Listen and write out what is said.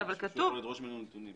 הם יכולים לדרוש ממנו נתונים.